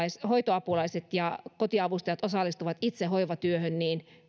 hoitoapulaiset ja kotiavustajat osallistuvat itse hoivatyöhön niin